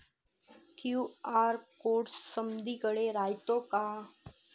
QR code समदीकडे रायतो का?